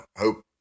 hope